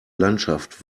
landschaft